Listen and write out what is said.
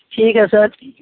ठीक है सर